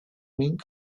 ming